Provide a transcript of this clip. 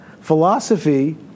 philosophy